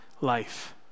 life